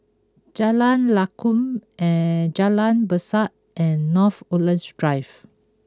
Jalan Lakum Jalan Berseh and North Woodlands Drive